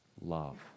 love